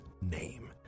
name